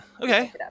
okay